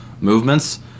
movements